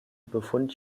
befund